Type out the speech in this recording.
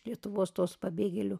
lietuvos tos pabėgėlių